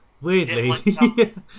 weirdly